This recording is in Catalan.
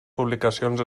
publicacions